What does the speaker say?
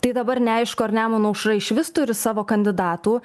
tai dabar neaišku ar nemuno aušra išvis turi savo kandidatų